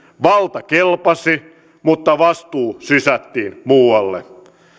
valta kelpasi mutta vastuu sysättiin muualle